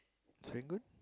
Serangoon